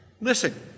Listen